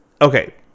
okay